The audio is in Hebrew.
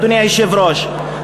אדוני היושב-ראש.